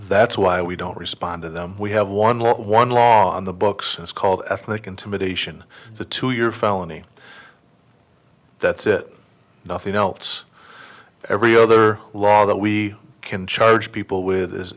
that's why we don't respond to them we have one law one law on the books it's called ethnic intimidation the two year felony that's it nothing else every other law that we can charge people with is